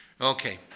Okay